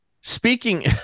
Speaking